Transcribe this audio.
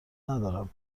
ندارم